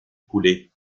écoulés